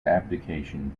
abdication